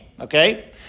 okay